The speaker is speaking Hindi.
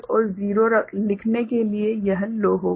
और 0 लिखने के लिए यह लो होगा